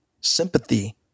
sympathy